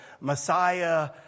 Messiah